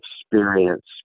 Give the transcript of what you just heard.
experience